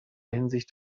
hinsicht